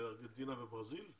בארגנטינה וברזיל?